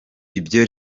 ibyo